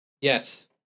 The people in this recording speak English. yes